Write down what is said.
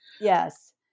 Yes